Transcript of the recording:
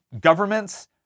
governments